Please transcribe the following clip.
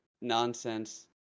nonsense